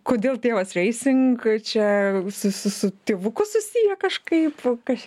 kodėl tėvas racing čia su tėvuku susiję kažkaip kas